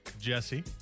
Jesse